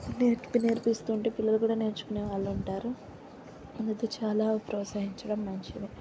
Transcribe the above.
నేర్పు నేర్పిస్తూ ఉంటే పిల్లలు కూడా నేర్చుకునే వాళ్ళు ఉంటారు ముందు చాలా ప్రోత్సహించడం మంచిది